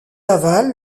avale